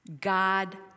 God